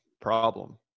problem